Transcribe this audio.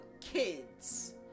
kids